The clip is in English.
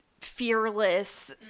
fearless